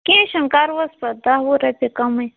کیٚنہہ چھُنہٕ کَرٕوَس پَتہٕ دہ وُہ رۄپیہِ کَمٕے